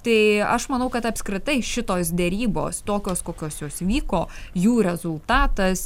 tai aš manau kad apskritai šitos derybos tokios kokios jos vyko jų rezultatas